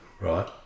right